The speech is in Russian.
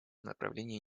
направлении